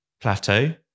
plateau